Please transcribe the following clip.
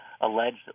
alleged